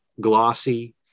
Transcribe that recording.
glossy